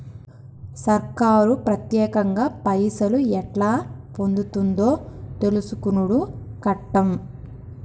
సర్కారు పత్యేకంగా పైసలు ఎట్లా పొందుతుందో తెలుసుకునుడు కట్టం